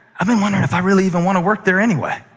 i've been wondering if i really even want to work there anyway.